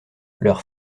leurs